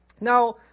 Now